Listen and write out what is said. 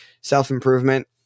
self-improvement